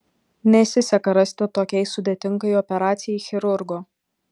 nesiseka rasti tokiai sudėtingai operacijai chirurgo